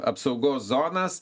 apsaugos zonas